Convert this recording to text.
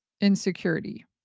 insecurity